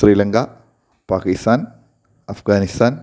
Sri Lanka Pakistan Afghanistan